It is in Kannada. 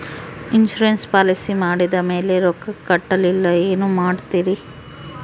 ಇನ್ಸೂರೆನ್ಸ್ ಪಾಲಿಸಿ ಮಾಡಿದ ಮೇಲೆ ರೊಕ್ಕ ಕಟ್ಟಲಿಲ್ಲ ಏನು ಮಾಡುತ್ತೇರಿ?